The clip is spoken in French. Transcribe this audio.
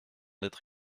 d’être